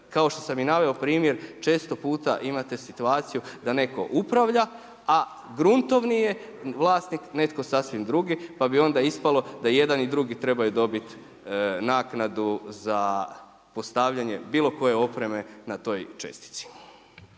kao što sam i naveo primjer, često puta imate situaciju da netko upravlja a gruntovni je vlasnik netko sasvim drugi pa bi onda ispalo da jedan i drugi trebaju dobiti naknadu za postavljanje bilo koje opreme na toj čestici.